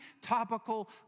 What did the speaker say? topical